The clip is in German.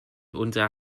unser